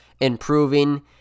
improving